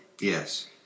Yes